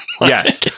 Yes